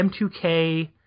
M2K